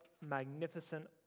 magnificent